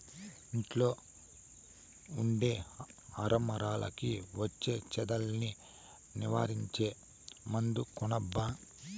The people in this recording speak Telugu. ఇంట్లో ఉండే అరమరలకి వచ్చే చెదల్ని నివారించే మందు కొనబ్బా